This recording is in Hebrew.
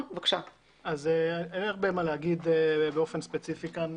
אין הרבה מה להגיד באופן ספציפי כאן.